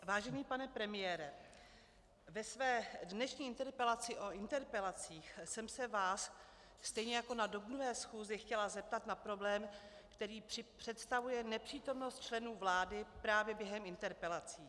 Vážený pane premiére, ve své dnešní interpelaci o interpelacích jsem se vás stejně jako na dubnové schůzi chtěla zeptat na problém, který představuje nepřítomnost členů vlády právě během interpelací.